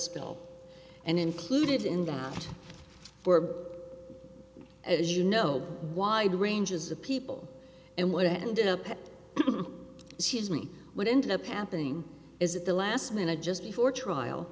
spill and included in that were as you know why the ranges of people and what it ended up she is me what ended up happening is that the last minute just before trial